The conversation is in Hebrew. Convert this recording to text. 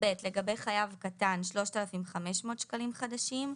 לגבי חייב קטן 3,500 שקלים חדשים,